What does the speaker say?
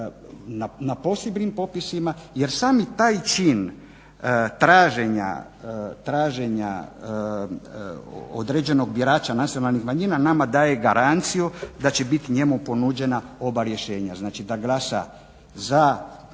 na posebnim popisima. Jer sami taj čin traženja određenog birača nacionalnih manjina nama daje garanciju da će biti njemu ponuđena oba rješenja. Znači, da glasa za